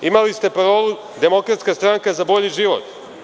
Imali ste parolu „Demokratska stranka za bolji život“